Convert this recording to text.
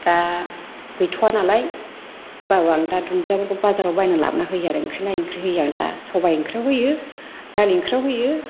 दा गैथ'वा नालाय होमबाबो आं दा दुनदियाफोरखौ बाजाराव बायना लाबोना होयो आरो ओंख्रि नायै ओंख्रि होयो आं दा सबाइ ओंख्रियाव होयो दालि ओंख्रियाव होयो